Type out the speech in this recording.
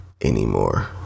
anymore